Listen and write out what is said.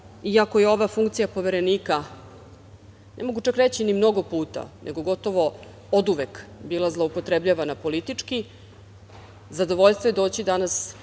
Iako je ova funkcija Poverenika, ne mogu čak reći ni mnogo puta, nego gotovo oduvek bila zloupotrebljavana politički, zadovoljstvo je doći danas